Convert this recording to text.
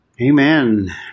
Amen